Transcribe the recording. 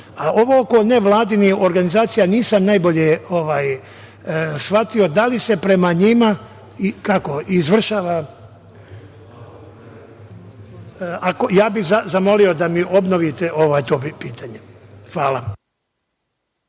oko nevladinih organizacija nisam najbolje shvatio da li se prema njima izvršava… Ja bih zamolio da mi obnovite to pitanje. Hvala.